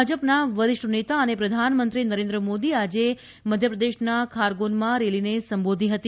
ભાજપના વરિષ્ઠ નેતા અને પ્રધાનમંત્રી નરેન્દ્ર મોદી આજે મધ્યપ્રદેશના ખારગોનમાં રેલીને સંબોધી હતી